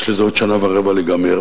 יש לזה עוד שנה ורבע להיגמר,